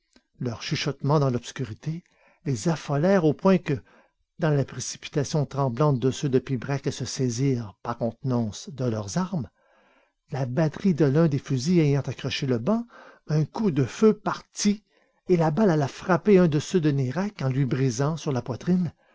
leurs chuchotements dans l'obscurité les affolèrent au point que dans la précipitation tremblante de ceux de pibrac à se saisir par contenance de leurs armes la batterie de l'un des fusils ayant accroché le banc un coup de feu partit et la balle alla frapper un de ceux de nayrac en lui brisant sur la poitrine